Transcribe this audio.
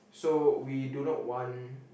so we do not want